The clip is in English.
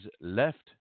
left